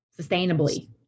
Sustainably